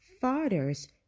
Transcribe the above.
fathers